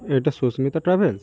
এটা সুস্মিতা ট্রাভেলস